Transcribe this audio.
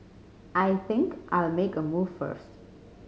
I think I'll make a move first